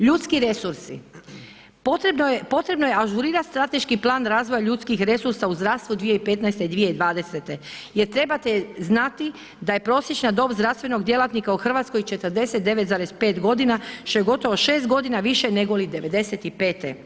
Ljudski resursi, potrebno je ažurirat strateški plan razvoja ljudskih resursa u zdravstvu 2015./2020. jer trebate znati da je prosječna dob zdravstvenog djelatnika u Hrvatskoj 49,5 godina, što je gotovo 6 godina više negoli '95.